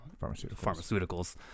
pharmaceuticals